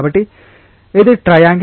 కాబట్టి ఇది ట్రయాంగల్ లాంటిది